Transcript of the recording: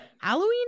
Halloween